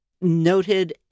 noted